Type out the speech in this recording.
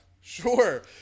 Sure